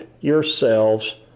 yourselves